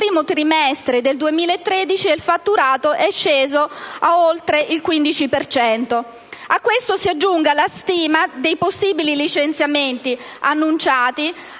nel primo trimestre del 2013, il fatturato è sceso di oltre il 15 per cento. A questo si aggiunga la stima dei possibili licenziamenti annunciati